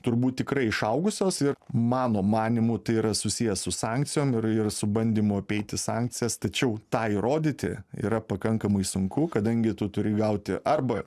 turbūt tikrai išaugusios ir mano manymu tai yra susiję su sankcijom ir ir su bandymu apeiti sankcijas tačiau tą įrodyti yra pakankamai sunku kadangi tu turi gauti arba